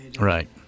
Right